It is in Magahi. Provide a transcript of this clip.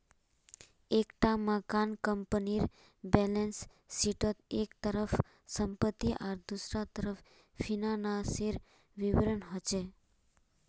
एक टा मानक कम्पनीर बैलेंस शीटोत एक तरफ सम्पति आर दुसरा तरफ फिनानासेर विवरण होचे